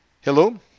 Hello